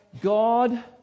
God